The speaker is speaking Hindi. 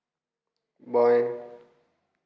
बाएँ